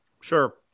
Sure